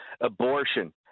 abortion